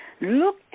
Look